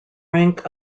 rank